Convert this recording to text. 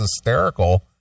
hysterical